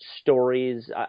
stories